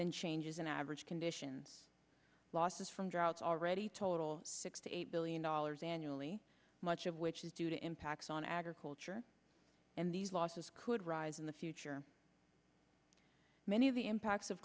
and changes in average conditions losses from droughts already total sixty eight billion dollars annually much of which is due to impacts on agriculture and these losses could rise in the future many of the impacts of